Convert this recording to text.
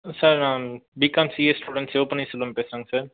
sir நான் B com CS student Sivapanneer Selvan பேசுறங்கங்க sir